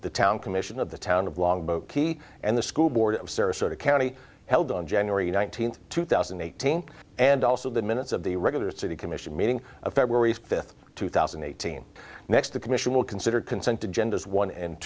the town commission of the town of longboat key and the school board of sarasota county held on january nineteenth two thousand and eighteen and also the minutes of the regular city commission meeting of february fifth two thousand and eighteen next the commission will consider consent agendas one and